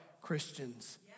Christians